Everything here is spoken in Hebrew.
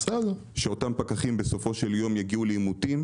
שאותם פקחים בסופו של יום יגיעו לעימותים